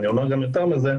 אני אומר גם יותר מזה,